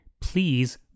Please